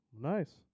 Nice